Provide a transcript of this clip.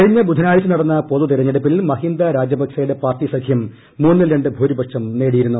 കഴിഞ്ഞ ബുധനാഴ്ച നടന്ന പൊതുതെരഞ്ഞെടുപ്പിൽ മഹിന്ദ രജപക്സെയുടെ പാർട്ടി സഖ്യം മൂന്നിൽ രണ്ട് ഭൂരിപക്ഷം നേടിയിരുന്നു